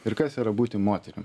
ir kas yra būti moterim